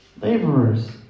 laborers